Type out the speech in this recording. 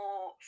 more